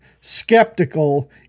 skeptical